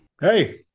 hey